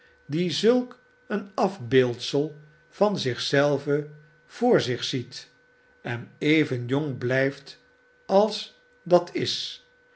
die zulk een afbeeldsel van zich zelve voor zich ziet en even jong blijft als dat is